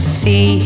see